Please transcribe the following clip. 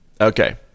Okay